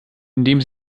indem